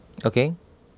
okay